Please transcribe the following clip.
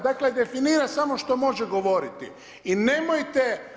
Dakle, definira samo što može govoriti i nemojte.